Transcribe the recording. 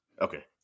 Okay